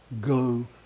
go